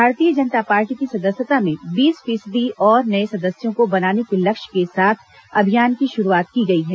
भारतीय जनता पार्टी की सदस्यता में बीस फीसदी और नए सदस्यों को बनाने के लक्ष्य के साथ अभियान की शुरुआत की गई है